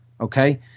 okay